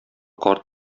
карт